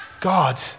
God